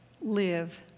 live